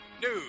news